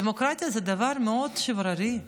דמוקרטיה זה דבר מאוד שברירי.